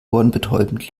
ohrenbetäubend